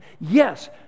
Yes